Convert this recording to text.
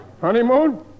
Honeymoon